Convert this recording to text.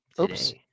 Oops